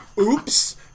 oops